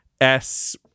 S-